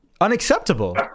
unacceptable